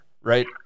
right